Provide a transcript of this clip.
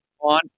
on